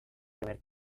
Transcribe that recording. primer